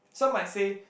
some might say